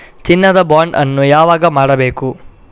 ಚಿನ್ನ ದ ಬಾಂಡ್ ಅನ್ನು ಯಾವಾಗ ಮಾಡಬೇಕು?